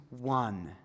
one